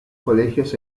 colegios